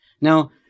Now